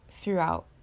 throughout